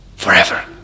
forever